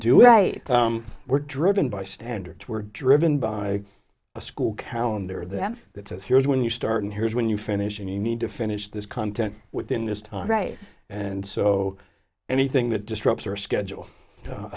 we're driven by standards were driven by a school calendar them that says here's when you start and here's when you finish and you need to finish this content within this time right and so anything that disrupts our schedule a